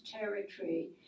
territory